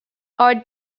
are